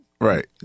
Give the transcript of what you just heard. Right